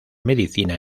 medicina